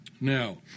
Now